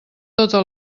tota